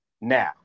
Now